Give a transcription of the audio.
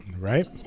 right